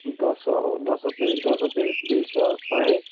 ଦଶ ଦଶ ପିସ୍ ଦଶ ପିସ୍ ଦୁଇଶହ ଶହେ